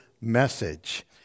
message